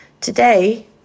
Today